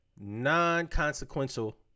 non-consequential